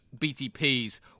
BTPs